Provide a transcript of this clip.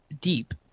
deep